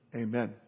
Amen